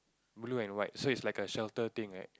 blue and white so is like a shelter thing right